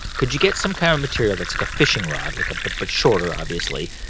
could you get some kind of material that's like a fishing rod like a but but shorter obviously.